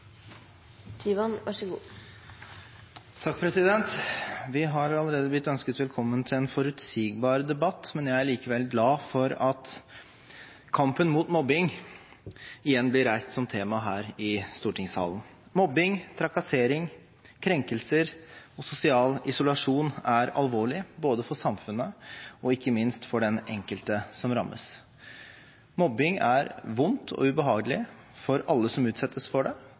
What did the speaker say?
likevel glad for at kampen mot mobbing igjen blir reist som tema her i stortingssalen. Mobbing, trakassering, krenkelser og sosial isolasjon er alvorlig både for samfunnet og – ikke minst – for den enkelte som rammes. Mobbing er vondt og ubehagelig for alle som utsettes for det,